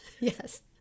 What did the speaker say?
Yes